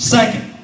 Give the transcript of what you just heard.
Second